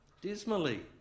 dismally